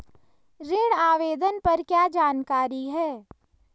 ऋण आवेदन पर क्या जानकारी है?